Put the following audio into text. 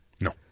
No